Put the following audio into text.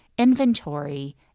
inventory